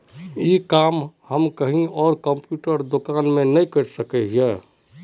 ये काम हम कहीं आर कंप्यूटर दुकान में नहीं कर सके हीये?